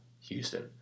Houston